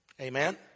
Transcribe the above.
Amen